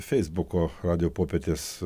feisbuko radijo popietės